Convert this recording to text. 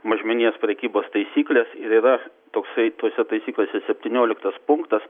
mažmeninės prekybos taisyklės ir yra toksai tose taisyklėse septynioliktas punktas